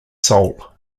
soul